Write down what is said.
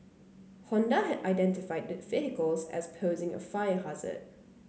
Honda had identified the vehicles as posing a fire hazard